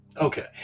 Okay